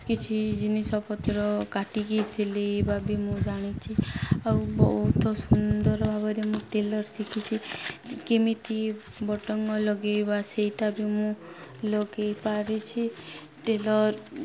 କିଛି ଜିନିଷପତ୍ର କାଟିକି ସିଲାଇବା ବି ମୁଁ ଜାଣିଛି ଆଉ ବହୁତ ସୁନ୍ଦର ଭାବରେ ମୁଁ ଟେଲର୍ ଶିଖିଛି କେମିତି ବଟଙ୍ଗ ଲଗାଇବା ସେଇଟା ବି ମୁଁ ଲଗାଇ ପାରିଛିି ଟେଲର୍